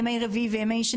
ימי שני וימי רביעי,